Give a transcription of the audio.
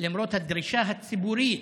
למרות הדרישה הציבורית